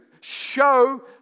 show